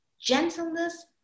gentleness